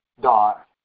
dot